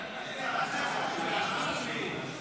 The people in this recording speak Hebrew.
מי ביקש שמית?